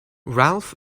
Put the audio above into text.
ralph